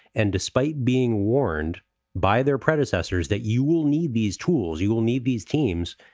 and despite being warned by their predecessors that you will need these tools, you will need these teams.